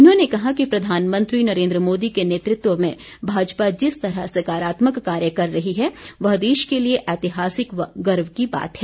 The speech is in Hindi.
उन्होंने कहा कि प्रधानमंत्री नरेन्द्र मोदी के नेतृत्व में भाजपा जिस तरह सकारात्मक कार्य कर रही है वह देश के लिए ऐतिहासिक व गर्व की बात है